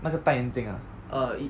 那个戴眼镜的